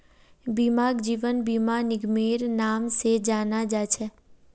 बीमाक जीवन बीमा निगमेर नाम से जाना जा छे